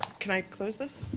can i close this.